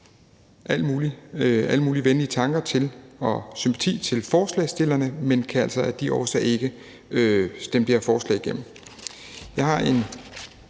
alle mulige venlige tanker og sympati til forslagsstillerne, men kan altså af de nævnte årsager ikke stemme det her forslag igennem.